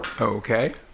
Okay